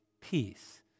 peace